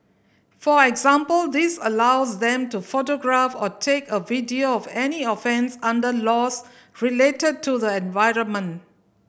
for example this allows them to photograph or take a video of any offence under laws related to the environment